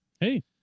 hey